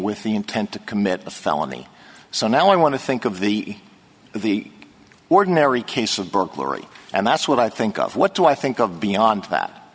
with the intent to commit a felony so now i want to think of the the ordinary case of burglary and that's what i think of what do i think of beyond that